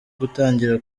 gutangira